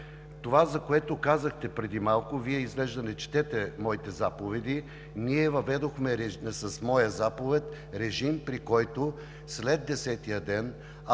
Това, за което казахте преди малко. Вие изглежда не четете моите заповеди. Въведохме с моя заповед режим, при който след десетия ден,